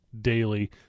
daily